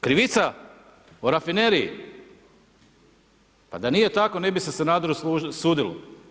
Krivica o Rafineriji, pa da nije tako ne bi se Sanaderu sudilo.